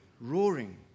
Roaring